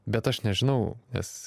bet aš nežinau nes